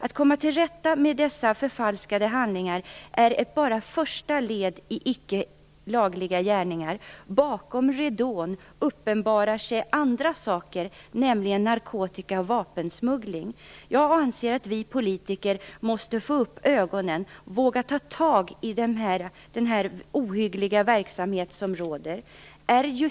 Att komma till rätta med dessa förfalskade handlingar är bara ett första led när det gäller icke lagliga gärningar. Bakom ridån uppenbarar sig andra saker, nämligen narkotika och vapensmuggling. Jag anser att vi politiker måste få upp ögonen och våga ta tag i den ohyggliga verksamhet som pågår.